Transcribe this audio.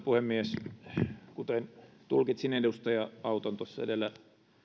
puhemies kuten tulkitsin edustaja auton tuossa edellä